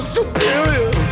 superior